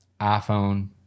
iphone